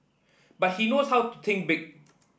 but he knows how to think big